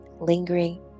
lingering